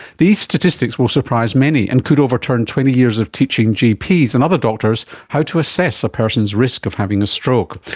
these statistics will surprise many and could overturn twenty years of teaching gps and other doctors how to assess a person's risk of having a stroke.